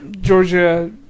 Georgia